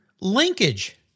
linkage